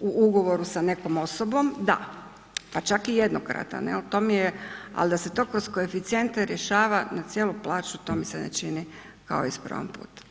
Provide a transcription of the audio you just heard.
u ugovoru sa nekom osobom da, pa čak i jednokratan, to mi je ali da se to kroz koeficijente rješava na cijelu plaću to mi se ne čini kao ispravan put.